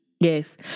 Yes